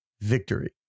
victory